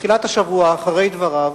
בתחילת השבוע, אחרי דבריו,